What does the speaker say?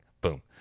Boom